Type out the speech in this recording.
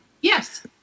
Yes